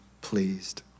pleased